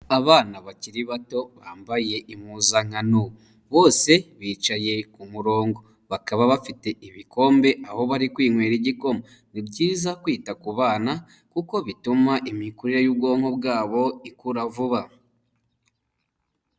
Abana bakiri bato bambaye impuzankano bose bicaye ku murongo bakaba bafite ibikombe aho bari kwinywera igikoma ni byiza kwita ku bana kuko bituma imikurire y'ubwonko bwabo ikura vuba.